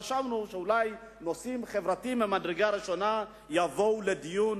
חשבנו שאולי נושאים חברתיים ממדרגה ראשונה יבואו לדיון